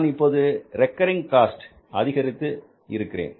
நான் இப்போது recurring cost அதிகரித்து இருக்கிறேன்